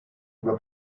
über